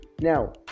now